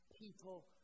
people